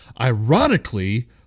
Ironically